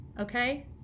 okay